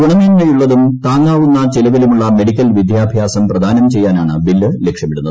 ഗുണമേന്മയുള്ളതും ത്രാങ്ങാവുന്ന ചിലവിലുമുളള മെഡിക്കൽ വിദ്യാഭ്യാസം പ്രദാനം ച്ചെയ്യാനാണ് ബിൽ ലക്ഷ്യമിടുന്നത്